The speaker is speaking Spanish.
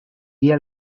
día